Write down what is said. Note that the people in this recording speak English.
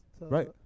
Right